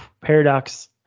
Paradox